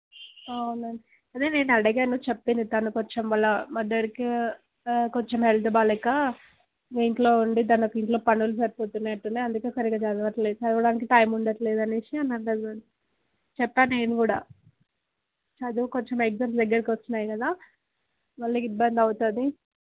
అవునండి అదే నేను అడిగాను చెప్పింది తను కొంచెం వాళ్ళ మదర్కి కొంచెం హెల్త్ బాగోలేక ఇంట్లో ఉండి తనకు ఇంట్లో పనులు సరిపోతున్నట్టున్నయి అందుకే సరిగ్గా చదవట్లేదు చదవడానికి టైం ఉండట్లేదు అనేసి అన్నది మేడం చెప్పా నేను కూడా చదువు కొంచెం ఎగ్జామ్స్ దగ్గరకు వస్తున్నాయి కదా మళ్ళీ ఇబ్బంది అవుతది